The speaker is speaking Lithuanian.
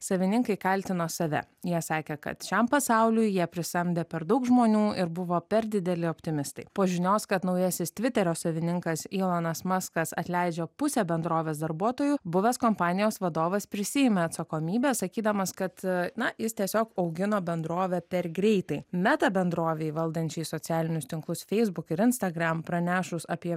savininkai kaltino save jie sakė kad šiam pasauliui jie prisamdę per daug žmonių ir buvo per dideli optimistai po žinios kad naujasis tviterio savininkas ilonas maskas atleidžia pusę bendrovės darbuotojų buvęs kompanijos vadovas prisiima atsakomybę sakydamas kad na jis tiesiog augino bendrovė per greitai meta bendrovei valdančiai socialinius tinklus facebook ir instagram pranešus apie